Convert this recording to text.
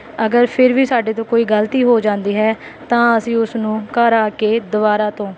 ਅਗਰ ਫਿਰ ਵੀ ਸਾਡੇ ਤੋਂ ਕੋਈ ਗਲਤੀ ਹੋ ਜਾਂਦੀ ਹੈ ਤਾਂ ਅਸੀਂ ਉਸਨੂੰ ਘਰ ਆ ਕੇ ਦੁਬਾਰਾ ਤੋਂ